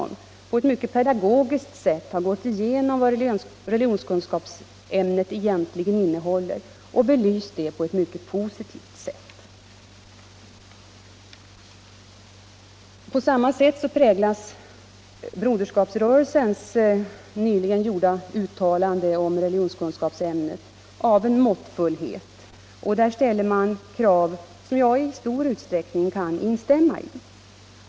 Han har på ett mycket pedagogiskt sätt gått igenom vad religionskunskapsämnet egentligen innehåller och belyst det på ett mycket positivt sätt. På samma sätt präglas Broderskapsrörelsens nyligen gjorda uttalande om religionskunskapsämnet av måttfullhet. Man ställer där krav, som jag i stor utsträckning kan instämma i.